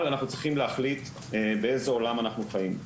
אבל אנחנו צריכים להחליט באיזה עולם אנחנו חיים,